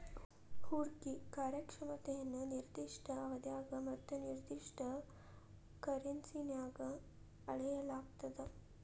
ಹೂಡ್ಕಿ ಕಾರ್ಯಕ್ಷಮತೆಯನ್ನ ನಿರ್ದಿಷ್ಟ ಅವಧ್ಯಾಗ ಮತ್ತ ನಿರ್ದಿಷ್ಟ ಕರೆನ್ಸಿನ್ಯಾಗ್ ಅಳೆಯಲಾಗ್ತದ